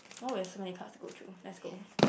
oh we have so many cards to go through let's go